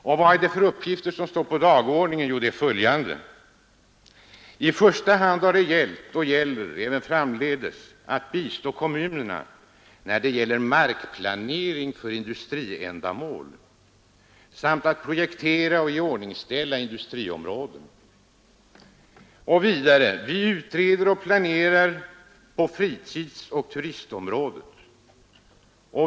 Och vad är det för uppgifter som står på dagordningen? Jo, det är följande: ”I första hand har det gällt och gäller även framdeles att bistå kommunerna då det gäller markplanering för industriändamål samt att projektera och iordningställa industriområdena.” Och vidare: ”Vi utreder och planerar på fritidsoch turistområdet.